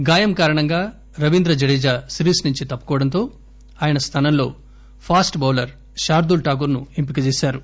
గాయం కారణంగా రవీంద్రజడేజా సిరీస్ నుంచి తప్పుకోవడంతో ఆయన స్థానంలో ఫాస్ట్ బౌలర్ శార్గూల్ ఠాకూర్ ను ఎంపిక చేశారు